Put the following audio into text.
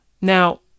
now